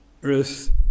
Ruth